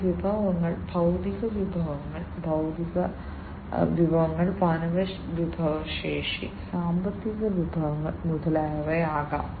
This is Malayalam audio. ഈ വിഭവങ്ങൾ ഭൌതിക വിഭവങ്ങൾ ബൌദ്ധിക വിഭവങ്ങൾ മാനവവിഭവശേഷി സാമ്പത്തിക വിഭവങ്ങൾ മുതലായവ ആകാം